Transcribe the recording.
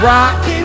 Rock